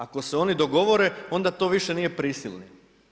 Ako se oni dogovore, onda to više nije prisilno.